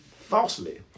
Falsely